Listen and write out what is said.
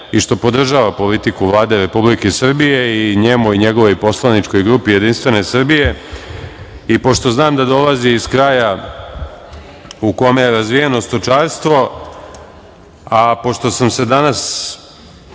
i što podržava politiku Vlade Republike Srbije, njemu i njegovoj poslaničkoj grupi Jedinstvene Srbije i pošto znam da dolazi iz kraja u kome je razvijeno stočarstvo, a pošto smo danas